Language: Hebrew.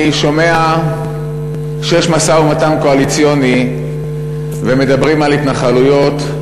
אני שומע שיש משא-ומתן קואליציוני ומדברים על התנחלויות,